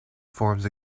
forms